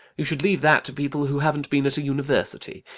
you should leave that to people who haven't been at a university.